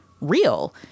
real